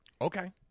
Okay